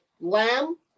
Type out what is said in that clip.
Lamb